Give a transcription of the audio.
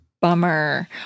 Bummer